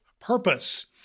purpose